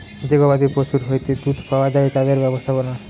যে গবাদি পশুর হইতে দুধ পাওয়া যায় তাদের ব্যবস্থাপনা